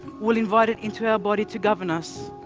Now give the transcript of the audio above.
will invite it into our body to govern us,